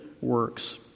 works